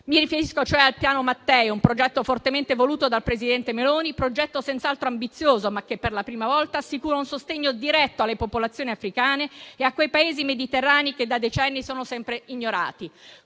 Mi riferisco cioè al Piano Mattei, un progetto fortemente voluto dal presidente del Consiglio Meloni; un progetto senz'altro ambizioso, ma che per la prima volta assicura un sostegno diretto alle popolazioni africane e a quei Paesi mediterranei che da decenni sono sempre ignorati.